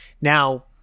Now